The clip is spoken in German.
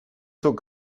zur